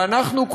ואנחנו,